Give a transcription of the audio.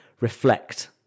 reflect